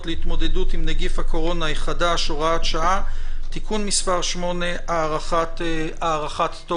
להתמודדות עם נגיף הקורונה החדש (הוראת שעה) (תיקון מס' 8) (הארכת תוקף),